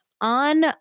on